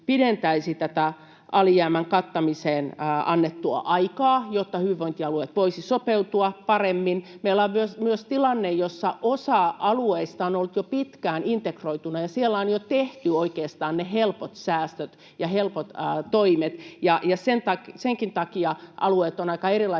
tätä alijäämän kattamiseen annettua aikaa, jotta hyvinvointialueet voisivat sopeutua paremmin. Meillä on myös tilanne, jossa osa alueista on ollut jo pitkään integroituna ja siellä on jo tehty oikeastaan ne helpot säästöt ja helpot toimet, ja senkin takia alueet ovat aika erilaisessa